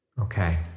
Okay